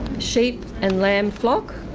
sheep and lamb flock